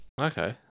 Okay